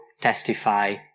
testify